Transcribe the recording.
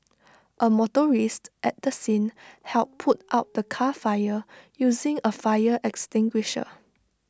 A motorist at the scene helped put out the car fire using A fire extinguisher